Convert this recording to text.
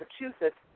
Massachusetts